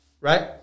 Right